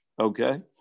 okay